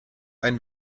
ein